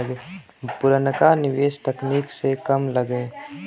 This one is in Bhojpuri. पुरनका निवेस तकनीक से कम लगे